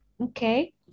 Okay